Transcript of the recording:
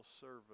service